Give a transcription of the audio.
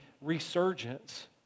resurgence